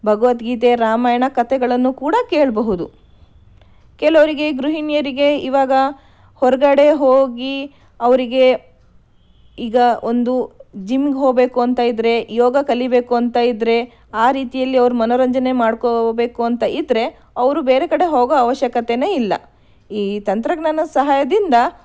ಭಗವದ್ಗೀತೆ ರಾಮಾಯಣ ಕತೆಗಳನ್ನು ಕೂಡ ಕೇಳಬಹುದು ಕೆಲವರಿಗೆ ಗೃಹಿಣಿಯರಿಗೆ ಈವಾಗ ಹೊರಗಡೆ ಹೋಗಿ ಅವರಿಗೆ ಈಗ ಒಂದು ಜಿಮ್ಗೆ ಹೋಗಬೇಕು ಅಂತ ಇದ್ದರೆ ಯೋಗ ಕಲಿಯಬೇಕು ಅಂತ ಇದ್ದರೆ ಆ ರೀತಿಯಲ್ಲಿ ಅವರು ಮನೋರಂಜನೆ ಮಾಡ್ಕೋಬೇಕು ಅಂತ ಇದ್ದರೆ ಅವರು ಬೇರೆ ಕಡೆ ಹೋಗೋ ಅವಶ್ಯಕತೆಯೇ ಇಲ್ಲ ಈ ತಂತ್ರಜ್ಞಾನದ ಸಹಾಯದಿಂದ